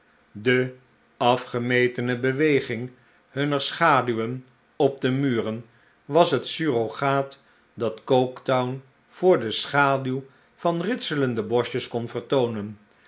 de afgemetene beweging hunner schaduwen op de muren was het surrogaat dat coketown voor de scbaduw van ritselende boschjes kon vertoonen